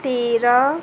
तेह्र